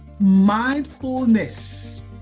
mindfulness